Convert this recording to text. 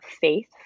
faith